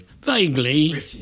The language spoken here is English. Vaguely